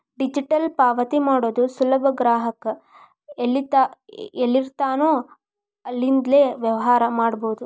digital ಪಾವತಿ ಮಾಡೋದು ಸುಲಭ ಗ್ರಾಹಕ ಎಲ್ಲಿರ್ತಾನೋ ಅಲ್ಲಿಂದ್ಲೇ ವ್ಯವಹಾರ ಮಾಡಬೋದು